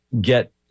get